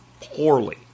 poorly